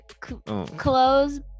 clothes